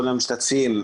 כל המשתתפים.